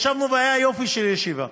ישבנו והייתה יופי של ישיבה.